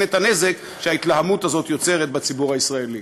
את הנזק שההתלהמות הזאת יוצרת בציבור הישראלי.